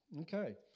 Okay